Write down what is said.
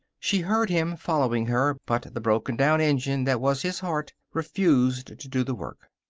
she heard him following her, but the broken-down engine that was his heart refused to do the work.